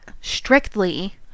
strictly